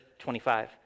25